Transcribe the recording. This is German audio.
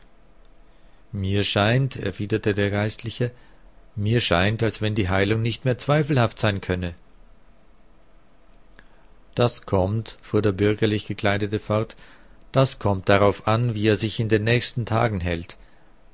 mir scheint erwiderte der geistliche mir scheint als wenn die heilung nicht mehr zweifelhaft sein könne das kommt fuhr der bürgerlich gekleidete fort das kommt darauf an wie er sich in den nächsten tagen hält